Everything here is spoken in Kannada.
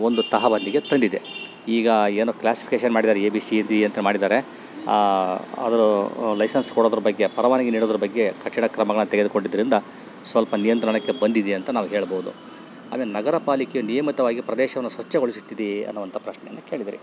ಒಂದು ತಹಬಂದಿಗೆ ತಂದಿದೆ ಈಗ ಏನು ಕ್ಲಾಸಿಫಿಕೇಶನ್ ಮಾಡಿದ್ದಾರೆ ಎ ಬಿ ಸಿ ಡಿ ಅಂತ ಮಾಡಿದ್ದಾರೆ ಅದು ಲೈಸೆನ್ಸ್ ಕೊಡೋದ್ರ ಬಗ್ಗೆ ಪರವಾನಗಿ ನೀಡೋದ್ರ ಬಗ್ಗೆ ಕಠಿಣ ಕ್ರಮಗಳನ್ನು ತೆಗೆದುಕೊಂಡಿದ್ದರಿಂದ ಸ್ವಲ್ಪ ನಿಯಂತ್ರಣಕ್ಕೆ ಬಂದಿದೆ ಅಂತ ನಾವು ಹೇಳಬೌದು ಆದ್ರೆ ನಗರ ಪಾಲಿಕೆ ನಿಯಮಿತವಾಗಿ ಪ್ರದೇಶವನ್ನು ಸ್ವಚ್ಛಗೊಳಿಸುತ್ತಿದೆಯೇ ಅನ್ನುವಂಥ ಪ್ರಶ್ನೆಯೇ ಕೇಳಿದ್ದೀರಿ